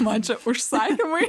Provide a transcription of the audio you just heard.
man čia užsakymai